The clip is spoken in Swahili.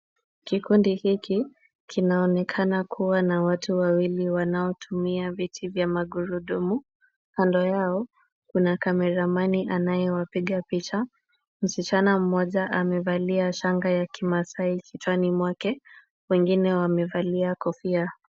Kikundi hiki kinaonekana kuwa na watu wawili wanaotumia viti vya magurudumu. Kando yao kuna kameramani anayewapiga picha. Msichana mmoja amevalia shanga ya kimaasai kichwani mwake. Wengine wamevalia kofia.